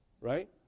right